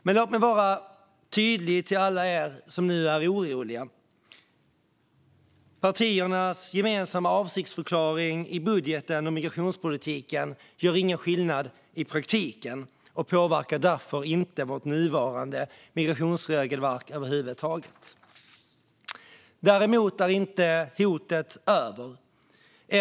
Men låt mig vara tydlig mot alla er som nu är oroliga: Partiernas gemensamma avsiktsförklaring om migrationspolitiken i budgeten gör ingen skillnad i praktiken och påverkar därför inte vårt nuvarande migrationsregelverk över huvud taget. Hotet är dock inte över.